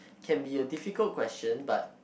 can be a difficult question but